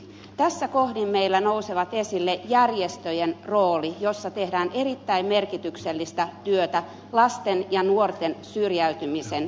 tässä kohdin meillä nousee esille niiden järjestöjen rooli joissa tehdään erittäin merkityksellistä työtä lasten ja nuorten syrjäytymisen ehkäisyksi